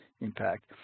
impact